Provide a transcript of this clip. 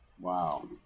wow